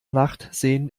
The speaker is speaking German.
nachtsehen